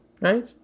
right